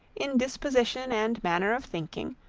in disposition and manner of thinking,